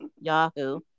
Yahoo